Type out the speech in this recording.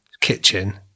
kitchen